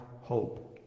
hope